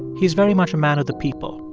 he's very much a man of the people,